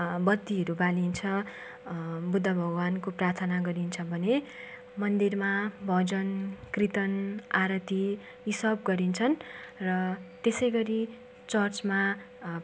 बत्तीहरू बालिन्छ बुद्ध भगवानको प्रार्थना गरिन्छ भने मन्दिरमा भजन कीर्तन आरती यी सब गरिन्छन् र त्यसै गरी चर्चमा